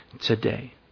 today